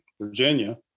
Virginia